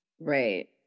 Right